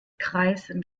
kreisen